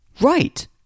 Right